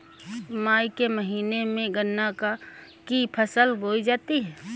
मई के महीने में गन्ना की फसल बोई जाती है